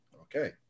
Okay